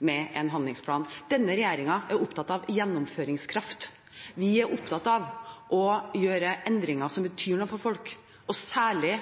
med en handlingsplan. Denne regjeringen er opptatt av gjennomføringskraft. Vi er opptatt av å gjøre endringer som betyr noe for folk, og særlig